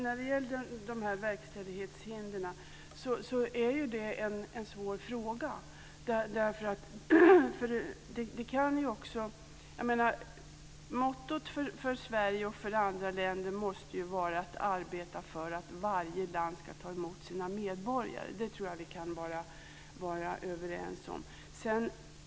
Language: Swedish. Fru talman! Verkställighetshindren är en svår fråga. Mottot för Sverige och andra länder måste ju vara att arbeta för att varje land ska ta emot sina medborgare. Det tror jag att vi kan vara överens om.